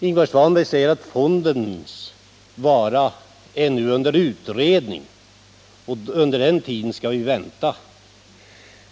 Ingvar Svanberg säger att fondens vara nu är under utredning och att vi under den tiden skall vänta med beslut.